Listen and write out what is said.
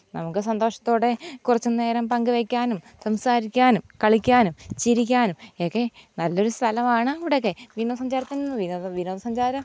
നമുക്ക് സന്തോഷത്തോടെ കുറച്ചു നേരം പങ്കു വെക്കാനും സംസാരിക്കാനും കളിക്കാനും ചിരിക്കാനും ഒക്കെ നല്ലൊരു സ്ഥലമാണ് അവിടെയൊക്കെ വിനോദസഞ്ചാരത്തിന് വിനോദ വിനോദസഞ്ചാരം